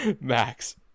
Max